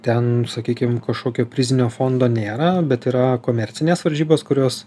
ten sakykim kažkokio prizinio fondo nėra bet yra komercinės varžybos kurios